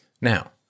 now